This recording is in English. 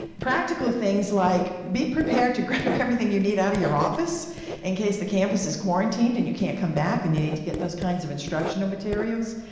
practical things like be prepared to grab everything you need out of your office and case the campus is quarantined and you can't come back and you need to get those kind of instructional materials.